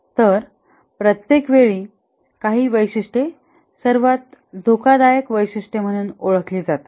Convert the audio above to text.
तर प्रत्येक वेळी काही वैशिष्ट्ये सर्वात धोकादायक वैशिष्ट्य ओळखली जातात